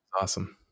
awesome